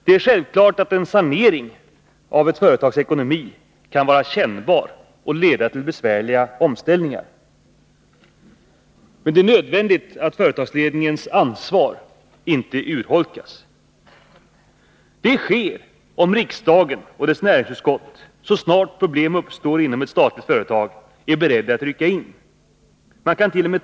Det är självklart att en sanering av ett företags ekonomi kan vara kännbar och leda till besvärliga omställningar. Det är nödvändigt att företagsledningens ansvar inte urholkas. Det sker om riksdagen och dess näringsutskott så snart problem uppstår inom ett statligt företag är beredda att rycka in. Man kant.o.m.